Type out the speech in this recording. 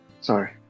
Sorry